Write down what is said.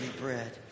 bread